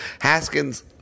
Haskins